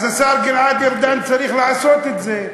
אז השר גלעד ארדן צריך לעשות את זה.